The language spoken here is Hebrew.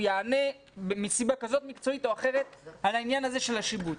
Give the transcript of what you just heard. הוא יענה מסיבה כזאת מקצועית או אחרת על העניין הזה של השיבוץ.